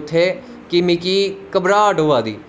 उत्थें कि मिगी घवराह्ट होआ दी